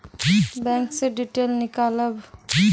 Bank से detail नीकालव?